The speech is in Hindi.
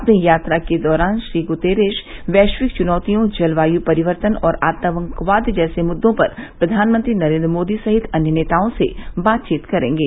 अपनी यात्रा के दौरान श्री गुतेरेस वैश्विक चुनौतियों जलवायु परिवर्तन और आतंकवाद जैसे मुद्दों पर प्रधानमंत्री नरेंद्र मोदी सहित अन्य नेताओं से बातचीत करेंगे